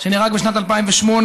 שנהרג בשנת 2008,